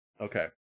Okay